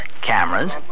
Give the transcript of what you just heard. cameras